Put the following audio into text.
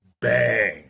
bang